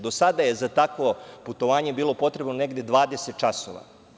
Do sada je za takvo putovanje bilo potrebno negde 20 časova.